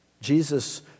Jesus